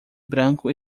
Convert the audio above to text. branco